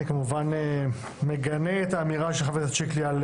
אני כמובן מגנה את האמירה של חבר הכנסת שיקלי על